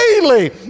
daily